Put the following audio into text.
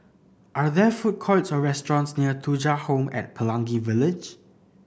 are there food courts or restaurants near Thuja Home at Pelangi Village